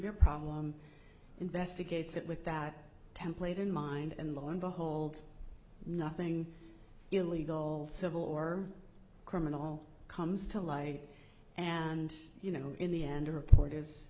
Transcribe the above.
be a problem investigates it with that template in mind and lo and behold nothing illegal civil or criminal comes to light and you know in the end a report is